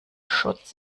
schutz